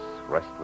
restless